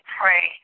pray